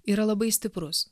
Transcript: yra labai stiprus